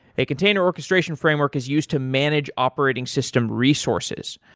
a container orchestration framework is used to manage operating system resources,